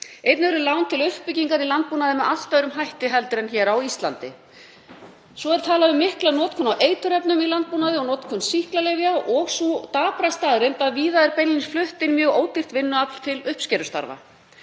Einnig eru lán til uppbyggingar í landbúnaði með allt öðrum hætti en á Íslandi. Svo er talað um mikla notkun á eiturefnum í landbúnaði og notkun sýklalyfja og þá döpru staðreynd að víða er beinlínis flutt inn mjög ódýrt vinnuafl til uppskerustarfa.